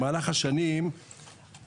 במהלך השנים אנחנו